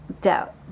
Doubt